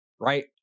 right